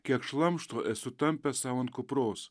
kiek šlamšto esu tampęs sau ant kupros